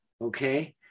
Okay